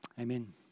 Amen